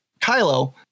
Kylo